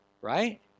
right